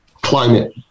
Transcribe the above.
climate